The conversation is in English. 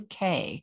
uk